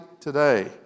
today